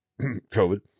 covid